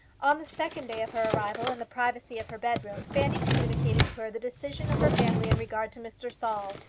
on the second day of her arrival, in the privacy of her bedroom, fanny communicated to her the decision of her family in regard to mr. saul.